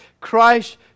Christ